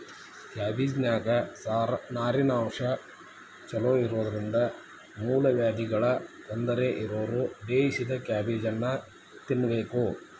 ಕ್ಯಾಬಿಜ್ನಾನ್ಯಾಗ ನಾರಿನಂಶ ಚೋಲೊಇರೋದ್ರಿಂದ ಮೂಲವ್ಯಾಧಿಗಳ ತೊಂದರೆ ಇರೋರು ಬೇಯಿಸಿದ ಕ್ಯಾಬೇಜನ್ನ ತಿನ್ಬೇಕು